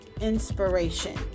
inspiration